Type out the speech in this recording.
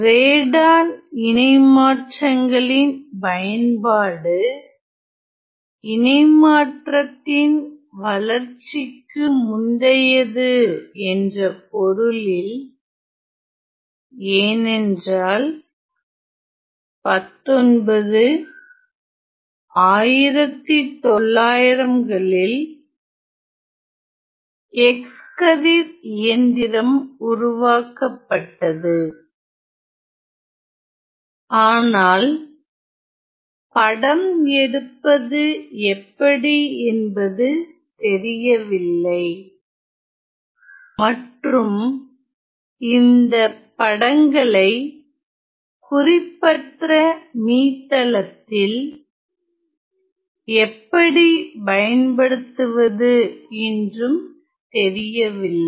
Radon இணைமாற்றங்களின் பயன்பாடு இணைமாற்றத்தின் வளர்ச்சிக்கு முந்தையது என்ற பொருளில் ஏனென்றால் 19 1900 களில் X கதிர் இயந்திரம் உருவாக்கப்பட்டது ஆனால் படம் எடுப்பது எப்படி என்பது தெரியவில்லை மற்றும் இந்த படங்களை குறிப்பற்ற மீத்தளதில் எப்படி பயன்படுத்துவது என்றும் தெரியவில்லை